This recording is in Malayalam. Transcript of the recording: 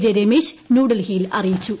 ജെരമേഷ് ന്യൂഡൽഹിയിൽ അറിയിച്ചു